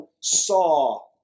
saw